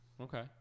Okay